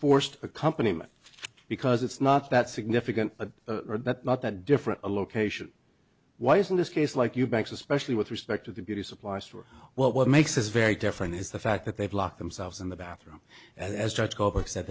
forced a company because it's not that significant but not that different location wise in this case like you banks especially with respect to the beauty supply store what what makes this very different is the fact that they've locked themselves in the bathroom as